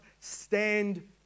stand